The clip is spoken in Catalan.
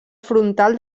frontal